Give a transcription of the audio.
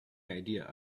idea